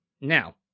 Now